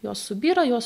jos subyra jos